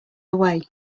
away